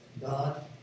God